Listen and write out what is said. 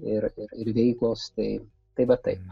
ir ir ir veiklos tai tai va taip